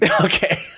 Okay